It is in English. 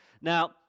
Now